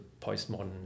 postmodern